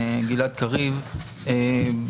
גלעד קריב,